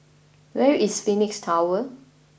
where is Phoenix Tower